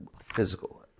physical